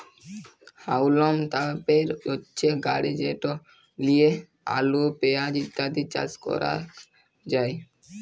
হাউলম তপের হচ্যে গাড়ি যেট লিয়ে আলু, পেঁয়াজ ইত্যাদি চাস ক্যরাক যায়